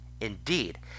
Indeed